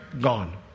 gone